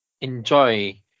enjoy